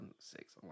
six